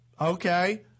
Okay